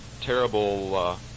terrible